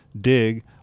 Dig